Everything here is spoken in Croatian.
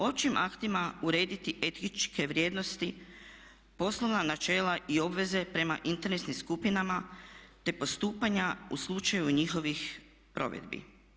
Općim aktima urediti etičke vrijednosti, poslovna načela i obveze prema interesnim skupinama te postupanja u slučaju njihovih provedbi.